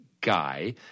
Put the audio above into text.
guy